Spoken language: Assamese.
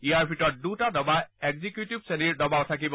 ইয়াৰ ভিতৰত দুটা ডবা একজিউকেটিভ শ্ৰেণীৰ ডবাও থাকিব